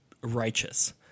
righteous